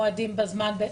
אם נקבעים מועדים בזמן.